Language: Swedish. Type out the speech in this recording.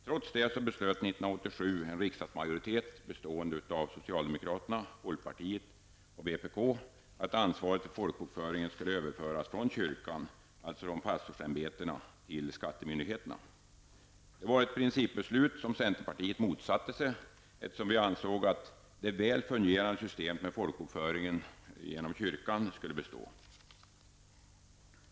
Trots detta beslöt 1987 en riksdagsmajoritet bestående av socialdemokraterna, folkpartiet och vpk att ansvaret för folkbokföringen skulle överföras från kyrkan, alltså från pastorsämbetena, till skattemyndigheterna. Det var ett principbeslut som centerpartiet motsatte sig, eftersom vi ansåg att det väl fungerande systemet med folkbokföring i kyrkans regi skulle bestå.